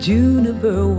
Juniper